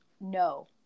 No